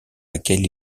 laquelle